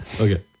Okay